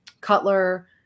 Cutler